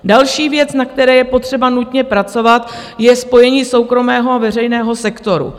Další věc, na které je potřeba nutně pracovat, je spojení soukromého a veřejného sektoru.